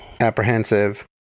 apprehensive